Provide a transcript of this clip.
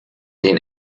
den